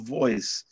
voice